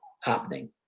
happening